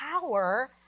power